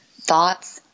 thoughts